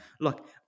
look